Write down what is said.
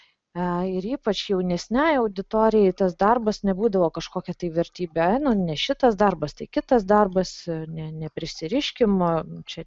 ir ypač jaunesniai auditorijai tas darbas nebūdavo kažkokia tai vertybe nu ne šitas darbas tai kitas darbas ne neprisiriškime čia